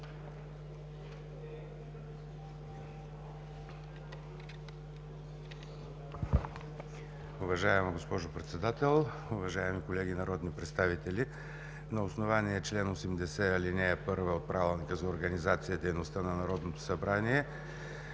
Уважаема госпожо Председател, уважаеми колеги народни представители! На основание чл. 80, ал. 1 от Правилника за организацията и дейността на Народното събрание,